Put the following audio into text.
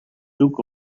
took